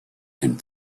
and